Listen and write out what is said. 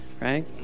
right